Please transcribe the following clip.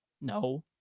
No